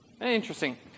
Interesting